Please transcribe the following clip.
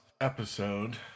episode